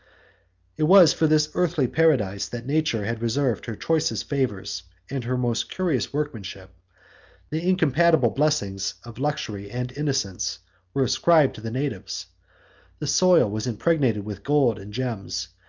it was for this earthly paradise that nature had reserved her choicest favors and her most curious workmanship the incompatible blessings of luxury and innocence were ascribed to the natives the soil was impregnated with gold and gems,